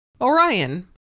Orion